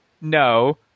no